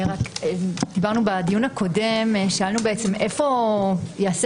בדיון הקודם שאלנו בעצם איפה ייעשה